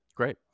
Great